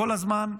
כל הזמן,